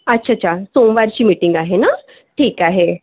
अच्छा अच्छा सोमवारची मीटिंग आहे ना ठीक आहे